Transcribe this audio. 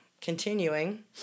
Continuing